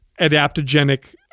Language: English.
adaptogenic